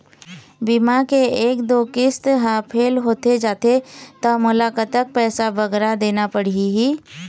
बीमा के एक दो किस्त हा फेल होथे जा थे ता मोला कतक पैसा बगरा देना पड़ही ही?